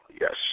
Yes